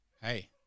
Hey